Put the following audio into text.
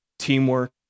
Teamwork